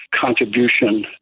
contribution